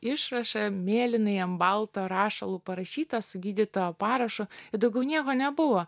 išrašą mėlynai ant balto rašalu parašyta su gydytojo parašu daugiau nieko nebuvo